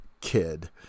kid